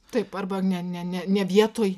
taip arba ne ne ne ne vietoj